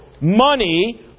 money